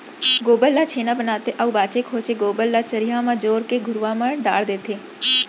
गोबर ल छेना बनाथे अउ बांचे खोंचे गोबर ल चरिहा म जोर के घुरूवा म डार देथे